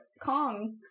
Kong